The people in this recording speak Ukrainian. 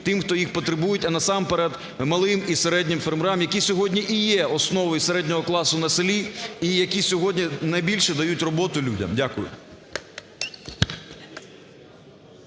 тим, хто їх потребують, а насамперед малим і середнім фермерам, які сьогодні і є основною середнього класу на селі і які сьогодні найбільше дають роботу людям. Дякую.